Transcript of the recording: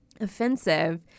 offensive